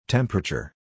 Temperature